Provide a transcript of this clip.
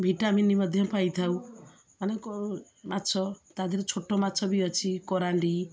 vitamin ମଧ୍ୟ ପାଇଥାଉ ମାନେ କ ମାଛ ତା' ଦେହରେ ଛୋଟ ମାଛ ବି ଅଛି କରାଣ୍ଡି